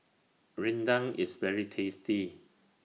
Rendang IS very tasty